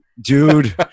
Dude